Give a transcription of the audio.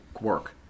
work